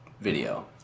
video